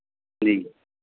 ਜੀ